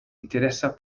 interesa